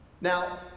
Now